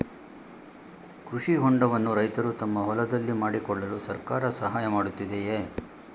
ಕೃಷಿ ಹೊಂಡವನ್ನು ರೈತರು ತಮ್ಮ ಹೊಲದಲ್ಲಿ ಮಾಡಿಕೊಳ್ಳಲು ಸರ್ಕಾರ ಸಹಾಯ ಮಾಡುತ್ತಿದೆಯೇ?